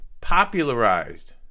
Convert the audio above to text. popularized